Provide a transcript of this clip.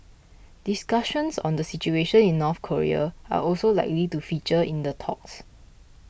discussions on the situation in North Korea are also likely to feature in the talks